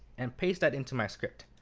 and paste that into my script.